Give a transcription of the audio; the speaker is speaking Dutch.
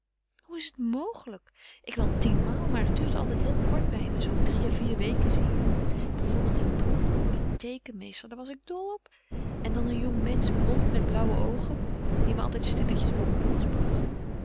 hoe is het mogelijk ik wel tienmaal maar het duurt altijd heel kort bij me zoo drie à vier weken zie je bij voorbeeld in bonn op mijn teekenmeester daar was ik dol op en dan een jongmensch blond met blauwe oogen die me altijd stilletjes bonbons bracht